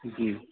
جی